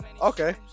Okay